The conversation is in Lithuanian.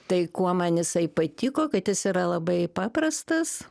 tai kuo man jisai patiko kad jis yra labai paprastas